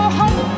home